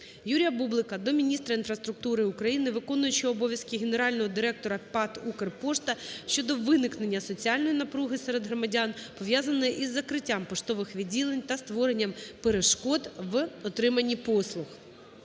Юрія Бублика до міністра інфраструктури України, Виконуючого обов'язки генерального директора ПАТ "Укрпошта" щодо виникнення соціальної напруги серед громадян, пов'язаної із закриттям поштових відділень та створенням перешкод в отриманні послуг.